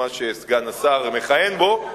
מזה שסגן השר המכהן בו,